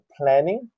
planning